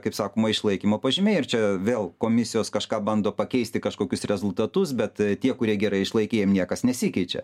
kaip sakoma išlaikymo pažymiai ir čia vėl komisijos kažką bando pakeisti kažkokius rezultatus bet tie kurie gerai išlaikė jiem niekas nesikeičia